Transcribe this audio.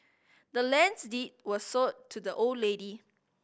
the land's deed was sold to the old lady